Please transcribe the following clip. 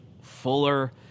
Fuller